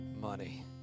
money